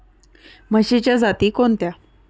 म्हशीच्या जाती कोणत्या?